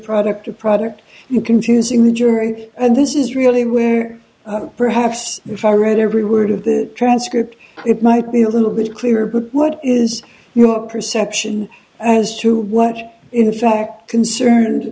product or product you confusing the jury and this is really where perhaps if i read every word of the transcript it might be a little bit clearer but what is your perception as to what in fact concerned